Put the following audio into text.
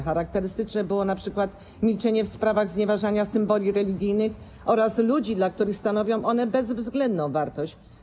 Charakterystyczne było np. milczenie w sprawach znieważania symboli religijnych oraz ludzi, dla których stanowią one bezwzględną wartość.